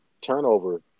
Turnover